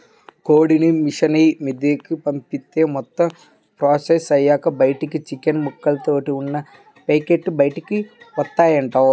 కోడిని మిషనరీ మీదకు పంపిత్తే మొత్తం ప్రాసెస్ అయ్యాక బయటకు చికెన్ ముక్కలతో ఉన్న పేకెట్లు బయటకు వత్తాయంట